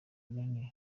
runini